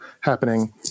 happening